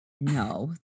no